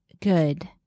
good